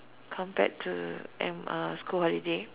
compared to M uh school holiday